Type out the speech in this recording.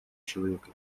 человека